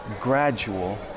gradual